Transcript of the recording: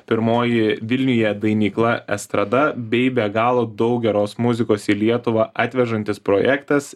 pirmoji vilniuje dainykla estrada bei be galo daug geros muzikos į lietuvą atvežantis projektas